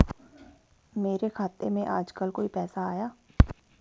मेरे खाते में आजकल कोई पैसा आया?